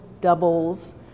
doubles